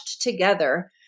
together